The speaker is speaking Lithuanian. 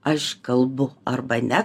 aš kalbu arba ne